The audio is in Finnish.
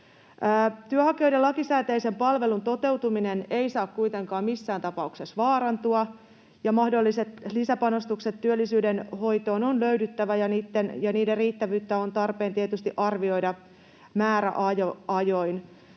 Työnhakijoiden lakisääteisen palvelun toteutuminen ei saa kuitenkaan missään tapauksessa vaarantua, ja mahdolliset lisäpanostukset työllisyyden hoitoon on löydettävä, ja niiden riittävyyttä on tarpeen tietysti määräajoin